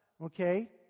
okay